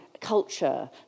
culture